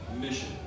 mission